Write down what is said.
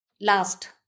last